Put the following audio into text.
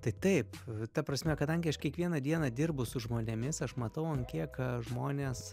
tai taip ta prasme kadangi aš kiekvieną dieną dirbu su žmonėmis aš matau ant kiek žmonės